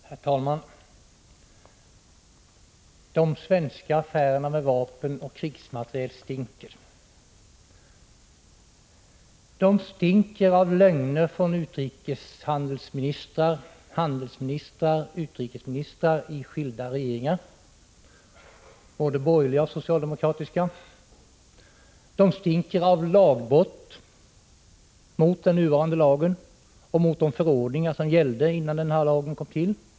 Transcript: Herr talman! De svenska affärerna med vapen och krigsmateriel stinker. De stinker av lögner från utrikeshandelsministrar, handelsministrar och utrikesministrar i skilda regeringar, både borgerliga och socialdemokratiska. De stinker av brott mot den nuvarande lagen och mot de förordningar som gällde innan lagen kom till.